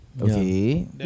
Okay